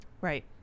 Right